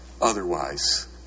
otherwise